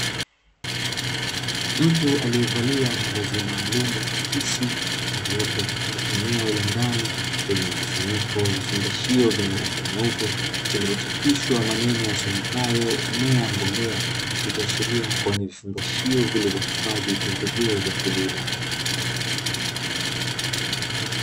Mtu aliyevalia mavazi maalumu akisi aliyepo katika eneo la ndani lenye mkusanyiko wa vifungashio vyenye rangi nyeupe, vilivyochapishwa maneno yasomekayo mmea mbolea ikiashiria kuwa ni vifungashio vilivyohifadhi pembejeo za kilimo.